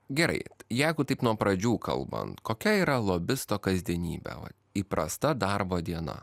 gerai jeigu taip nuo pradžių kalbant kokia yra lobisto kasdienybė va įprasta darbo diena